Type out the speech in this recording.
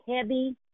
heavy